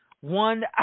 one